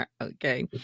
Okay